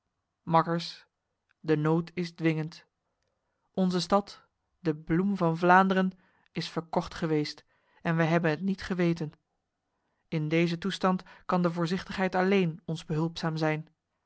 makkers de nood is dwingend onze stad de bloem van vlaanderen is verkocht geweest en wij hebben het niet geweten in deze toestand kan de voorzichtigheid alleen ons behulpzaam zijn